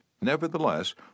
Nevertheless